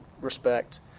respect